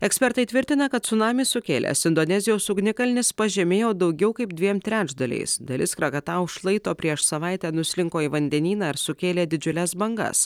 ekspertai tvirtina kad cunamį sukėlęs indonezijos ugnikalnis pažemėjo daugiau kaip dviem trečdaliais dalis krakatau šlaito prieš savaitę nuslinko į vandenyną ir sukėlė didžiules bangas